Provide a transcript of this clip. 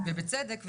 ובצדק,